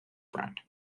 brand